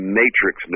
matrix